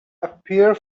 appear